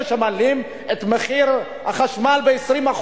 כשמעלים את מחיר החשמל ב-20%,